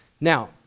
Now